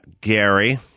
Gary